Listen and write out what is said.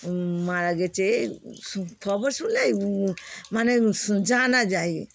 মারা গিয়েছে খবর শুনলে মানে স জানা যায়